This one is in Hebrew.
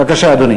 בבקשה, אדוני.